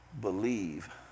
believe